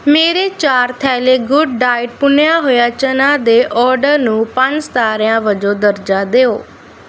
ਮੇਰੇ ਚਾਰ ਥੈਲੈ ਗੁੱਡ ਡਾਇਟ ਭੁੰਨਿਆ ਹੋਇਆ ਚਨਾ ਦੇ ਆਰਡਰ ਨੂੰ ਪੰਜ ਸਿਤਾਰਿਆਂ ਵਜੋਂ ਦਰਜਾ ਦਿਓ